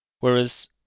Whereas